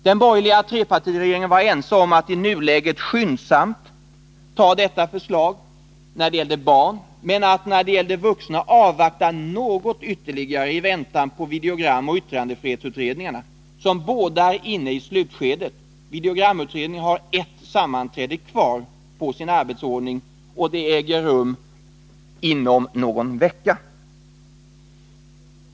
Den borgerliga trepartiregeringen var ense om att i nuläget skyndsamt lägga fram detta förslag om förbud mot försäljning av videofilm med våldsinslag till barn. När det däremot gäller försäljning till vuxna vill vi avvakta videogramoch yttrandefrihetsutredningarna, som båda är i slutskedet. Videogramutredningen har ett sammanträde kvar på sin arbetsordning, och det äger rum inom någon vecka.